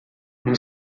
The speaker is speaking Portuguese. uma